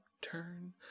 turn